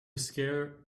scare